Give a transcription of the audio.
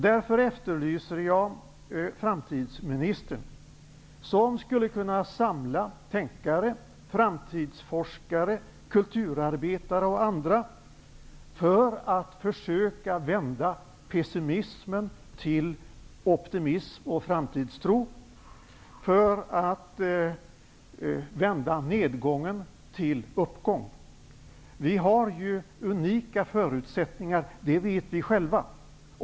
Därför efterlyser jag en framtidsminister, som skulle kunna samla tänkare, framtidsforskare, kulturarbetare och andra för att försöka vända pessimismen till optimism och framtidstro, för att vända nedgången till en uppgång. Vi har unika förutsättningar, och det vet vi själva.